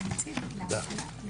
תודה.